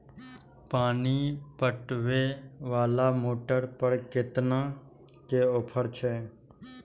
पानी पटवेवाला मोटर पर केतना के ऑफर छे?